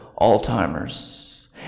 Alzheimer's